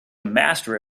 master